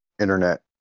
internet